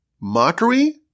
Mockery